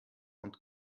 und